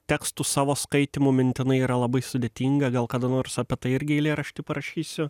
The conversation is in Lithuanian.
tekstų savo skaitymu mintinai yra labai sudėtinga gal kada nors apie tai irgi eilėraštį parašysiu